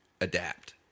adapt